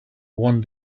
one